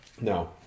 No